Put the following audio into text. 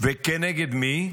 וכנגד מי?